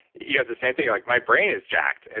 you have the same thing. like my brain is jacked. and